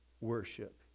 worship